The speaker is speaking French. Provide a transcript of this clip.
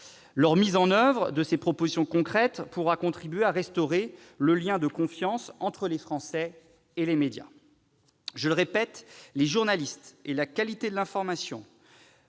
La mise en oeuvre de ces propositions concrètes pourra contribuer à restaurer le lien de confiance entre les Français et les médias. Je le répète, les journalistes et la qualité de l'information